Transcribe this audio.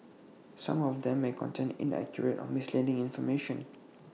some of them may contain inaccurate or misleading information